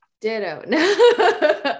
Ditto